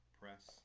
press